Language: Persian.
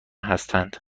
هستند